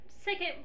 second